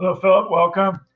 ah phil, welcome.